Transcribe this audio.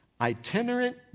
itinerant